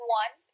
one